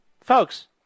Folks